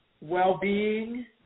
well-being